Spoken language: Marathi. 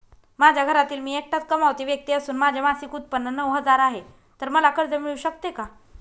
माझ्या घरातील मी एकटाच कमावती व्यक्ती असून माझे मासिक उत्त्पन्न नऊ हजार आहे, तर मला कर्ज मिळू शकते का?